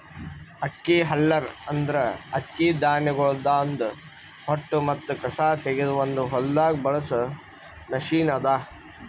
ಅಕ್ಕಿ ಹಲ್ಲರ್ ಅಂದುರ್ ಅಕ್ಕಿ ಧಾನ್ಯಗೊಳ್ದಾಂದ್ ಹೊಟ್ಟ ಮತ್ತ ಕಸಾ ತೆಗೆದ್ ಒಂದು ಹೊಲ್ದಾಗ್ ಬಳಸ ಮಷೀನ್ ಅದಾ